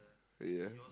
ya